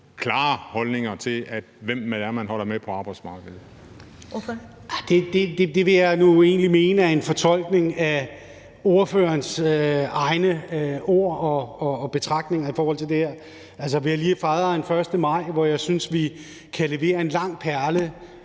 (Karen Ellemann): Ordføreren. Kl. 13:15 Henrik Møller (S): Det vil jeg nu egentlig mene er en fortolkning og ordførerens egne ord og betragtninger i forhold til det her. Altså, vi har lige fejret en 1. maj, hvor jeg synes, vi kan levere en lang perlerække